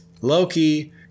Loki